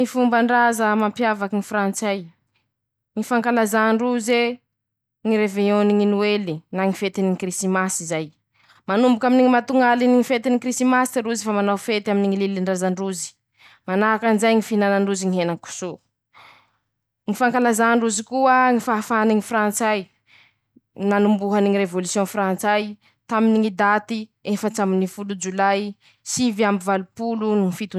ñy fombandrazamampiavaka ñy frantsay: ñy fankalazà ndroze ñy revéiôn ny ñy noely, na ñy fetiny ñy krisimasy zay, manomboky aminy ñy matoñ'aliny ñy fetiny ñy krisimasy roze, manao fety aminy Ñy lilindraza ndrozy, manahakan'izay ñy fihinanandrozy ñy henenkoso, ñy fankalazà ndrozy koa ñy fahafahanybñy frantsay, nanombohany ñy revôlisiôn frantsay, taminy ñy daty efats'amby no folo jolay sivy amby valopolo no.